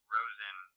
Rosen